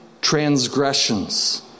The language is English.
transgressions